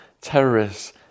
terrorists